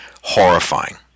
horrifying